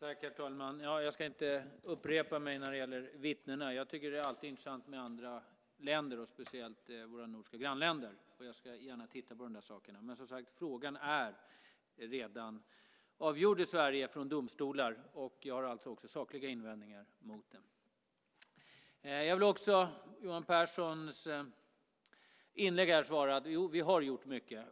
Herr talman! Jag ska inte upprepa mig när det gäller vittnena. Jag tycker att det alltid är intressant med andra länder, speciellt våra nordiska grannländer. Jag tittar gärna på de sakerna. Men frågan är, som sagt, redan avgjord i Sverige från domstolar. Jag har alltså också sakliga invändningar där. Jag vill utifrån Johan Pehrsons inlägg här svara: Jo, vi har gjort mycket.